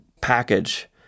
package